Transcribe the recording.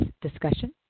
discussion